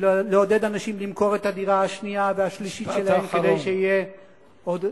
ולעודד אנשים למכור את הדירה השנייה והשלישית שלהם כדי שיהיו עוד דירות.